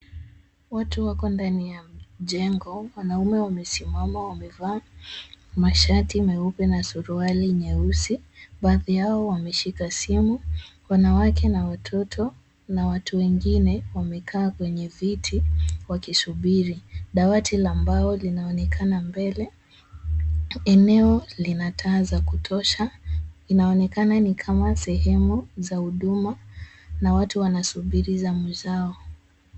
Watu wako ndani ya jengo. Wanaume wamesimama, wamevaa mashati meupe na suruali nyeusi. Baadhi yao wameshika simu. Wanawake na watoto na watu wengine wamekaa kwenye viti wakisubiri. Dawati la mbao linaonekana mbele. Eneo linataa za kutosha, inaonekana ni kama sehemu za huduma, na watu wanasubiri zamu zao.